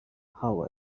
how